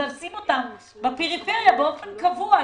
לשים אותן בפריפריה באופן קבוע,